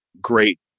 great